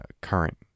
current